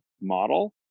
model